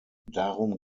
darum